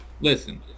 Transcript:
Listen